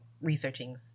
researching